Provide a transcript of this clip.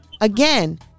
again